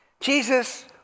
Jesus